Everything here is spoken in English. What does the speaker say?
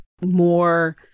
more